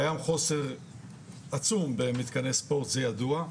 קיים חוסר עצום במתקני ספורט זה ידוע,